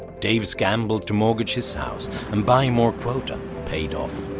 dave's gamble to mortgage his house and buy more quota paid off.